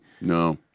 No